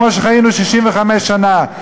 כמו שחיינו 65 שנה.